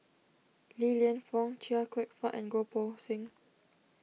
Li Lienfung Chia Kwek Fah and Goh Poh Seng